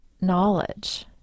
knowledge